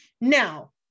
now